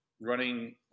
running